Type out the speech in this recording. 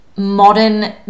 modern